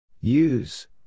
Use